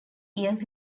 years